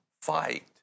fight